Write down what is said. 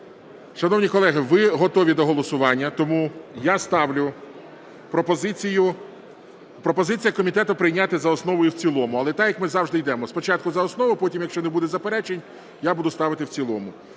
Шановні колеги, ви готові до голосування, тому я ставлю пропозицію. Пропозиція комітету прийняти за основу і в цілому, але так, як ми завжди йдемо, спочатку за основу, а потім, якщо не буде заперечень, я буду ставити в цілому.